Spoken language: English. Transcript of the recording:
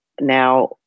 now